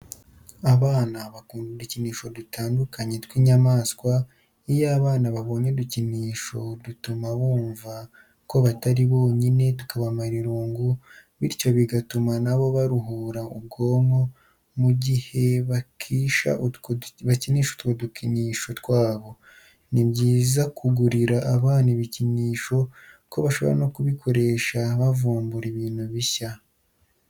Abana bakunda udukinisho dutandukanye tw'inyamaswa, iyo abana babonye udukinisho dutuma bumva ko batari bonyine tukabamara irungu, bityo bigatuma na bo baruhura ubwonko mu gihe bakisha utwo dukinisho twabo. Ni byiza kugurira abana ibikinisho kuko bashobora no kubikoresha bavumbura ibintu bishya.